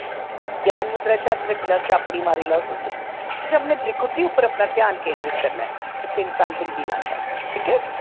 ज्ञान मुद्दरा च हत्थ रक्खी लैओ चापड़ी मारी लैओ तुस तुसें अपनी भृकुटी उप्पर अपना ध्यान केंदरत करना ऐ जित्थै इंसान बिंदी लांदा ऐ